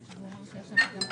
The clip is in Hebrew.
דיברו על זה כאן.